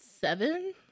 seven